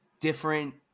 different